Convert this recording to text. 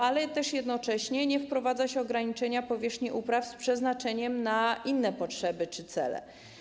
Ale jednocześnie nie wprowadza się też ograniczenia powierzchni upraw z przeznaczeniem na inne potrzeby czy cele.